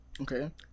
okay